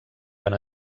van